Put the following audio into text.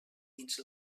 dins